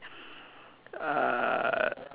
uh